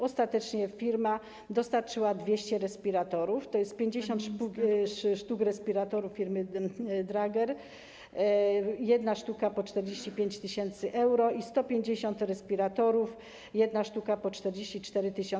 Ostatecznie firma dostarczyła 200 respiratorów, to jest 50 sztuk respiratorów firmy Draeger, jedna sztuka po 45 tys. euro, i 150 respiratorów, jedna sztuka po 44 700 euro.